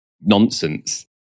nonsense